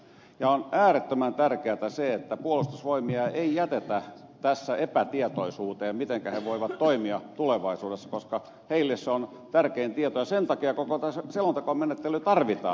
on äärettömän tärkeätä että puolustusvoimia ei jätetä tässä epätietoisuuteen sen suhteen mitenkä he voivat toimia tulevaisuudessa koska niille se on tärkein tieto ja sen takia koko tämä selontekomenettely tarvitaan